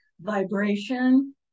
vibration